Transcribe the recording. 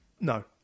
no